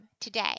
today